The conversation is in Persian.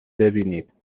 ببینیدهمه